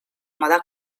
mode